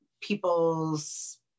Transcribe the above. people's